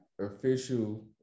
official